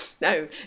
no